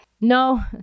No